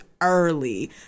early